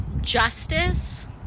justice